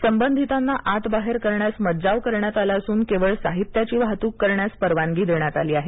संबंधितांना आत बाहेर करण्यास मज्जाव करण्यात आला असून केवळ साहित्याची वाहतूक करण्यास परवानगी देण्यात आली आहे